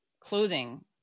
clothing